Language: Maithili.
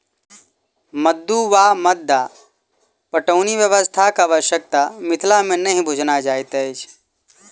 मद्दु वा मद्दा पटौनी व्यवस्थाक आवश्यता मिथिला मे नहि बुझना जाइत अछि